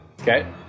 Okay